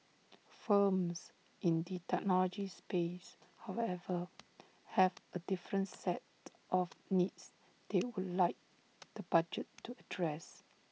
firms in the technology space however have A different set of needs they would like the budget to address